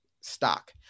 stock